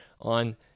on